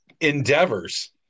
endeavors